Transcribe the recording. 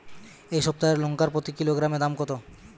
এই সপ্তাহের লঙ্কার প্রতি কিলোগ্রামে দাম কত?